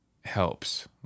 helps